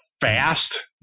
fast